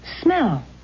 smell